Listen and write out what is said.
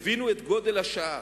הבינו את גודל השעה.